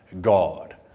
God